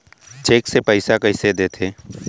Cheque से पइसा कइसे देथे?